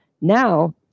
now